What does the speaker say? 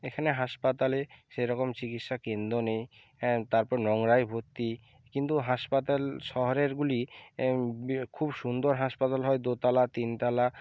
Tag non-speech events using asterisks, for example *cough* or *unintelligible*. এখানে হাসপাতালে সেরকম চিকিৎসাকেন্দ্র নেই হ্যাঁ তারপর নোংরায় ভর্তি কিন্তু হাসপাতাল শহরেরগুলি *unintelligible* খুব সুন্দর হাসপাতাল হয় দোতলা তিনতলা